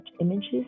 images